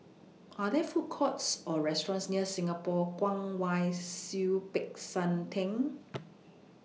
Are There Food Courts Or restaurants near Singapore Kwong Wai Siew Peck San Theng